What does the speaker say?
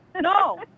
No